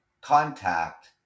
contact